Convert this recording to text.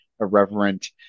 irreverent